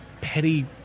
petty